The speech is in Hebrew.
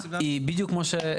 היא בדיוק כמו שהוועדה הבינה.